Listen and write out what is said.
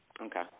Okay